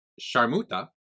Sharmuta